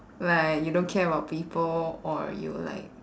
like you don't care about people or you like